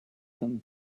them